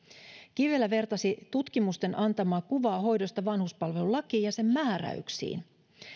kivelä vertasi tutkimusten antamaa kuvaa hoidosta vanhuspalvelulakiin ja sen määräyksiin